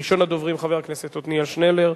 ראשון הדוברים, חבר הכנסת עתניאל שנלר,